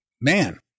Man